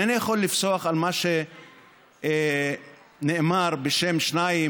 אינני יכול לפסוח על מה שנאמר בשם שניים